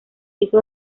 hizo